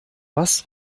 was